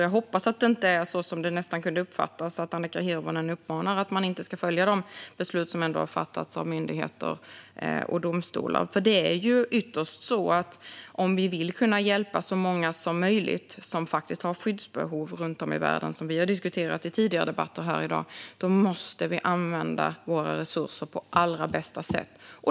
Jag hoppas att det inte är så, som det nästan kunde uppfattas, att Annika Hirvonen uppmanar till att man inte ska följa de beslut som har fattats av myndigheter och domstolar. För ytterst är det så att om vi vill kunna hjälpa så många som möjligt som faktiskt har skyddsbehov runt om i världen, som vi har diskuterat i tidigare debatter här i dag, då måste vi använda våra resurser på allra bästa sätt.